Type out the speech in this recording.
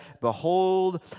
behold